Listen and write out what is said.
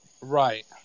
Right